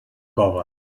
cove